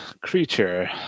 creature